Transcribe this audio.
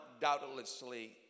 doubtlessly